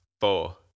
four